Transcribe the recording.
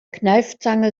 kneifzange